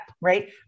right